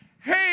hey